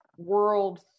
World